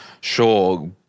Sure